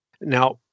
Now